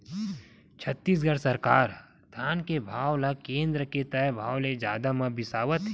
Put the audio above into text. छत्तीसगढ़ सरकार ह धान के भाव ल केन्द्र के तय भाव ले जादा म बिसावत हे